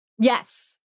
Yes